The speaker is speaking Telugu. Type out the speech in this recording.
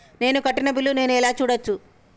నేను కట్టిన బిల్లు ను నేను ఎలా చూడచ్చు?